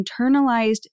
internalized